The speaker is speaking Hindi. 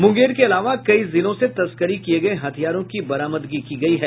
मुंगेर के अलावा कई जिलों से तस्करी किये गये हथियारों की बरामदगी की गयी है